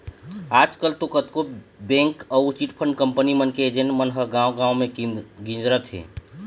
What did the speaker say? आजकल तो कतको बेंक अउ चिटफंड कंपनी मन के एजेंट मन ह गाँव गाँव म गिंजरत हें